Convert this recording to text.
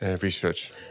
research